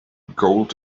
gold